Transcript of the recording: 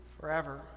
forever